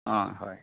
অঁ হয়